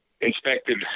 inspected